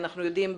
אנחנו יודעים,